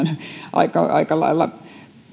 mennyt aika lailla